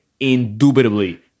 indubitably